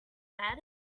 said